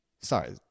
Sorry